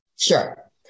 Sure